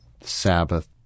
Sabbath